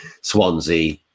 Swansea